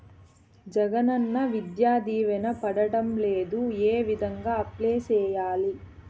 జగనన్న విద్యా దీవెన పడడం లేదు ఏ విధంగా అప్లై సేయాలి